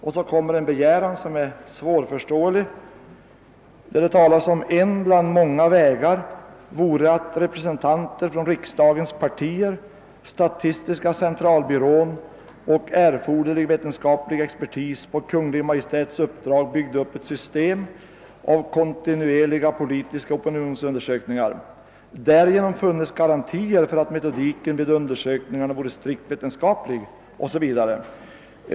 Därefter framförs en svårförståelig begäran, nämligen följande: »En bland många vägar vore att representanter från riksdagens partier, statistiska centralbyrån och erforderlig vetenskaplig expertis på Kungl. Maj:ts uppdrag byggde upp ett system av kontinuerliga politiska opinionsundersökningar. Därigenom funnes garantier för att metodiken vid undersökningarna vore strikt vetenskaplig» o.s.v.